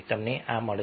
તમને આ મળશે